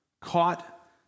caught